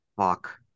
Fuck